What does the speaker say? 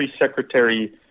Secretary